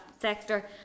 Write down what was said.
sector